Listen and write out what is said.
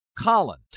Colin